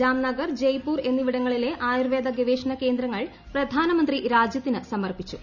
ജാർനഗർ ജയ്പൂർ എന്നിവിടങ്ങളിലെ ആയുർവേദ് ഗ്വേഷണ കേന്ദ്രങ്ങൾ പ്രധാനമന്ത്രി രാജ്യത്തിനു സ്മർപ്പിച്ചു